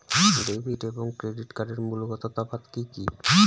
Debit এবং credit কার্ডের মূলগত তফাত কি কী?